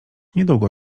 niedługo